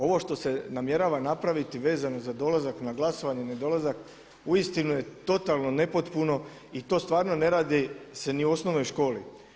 Ovo što se namjerava napraviti vezano za dolazak na glasovanje, ne dolazak, uistinu je totalno nepotpuno i to stvarno ne radi se ni u osnovnoj školi.